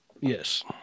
Yes